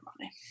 money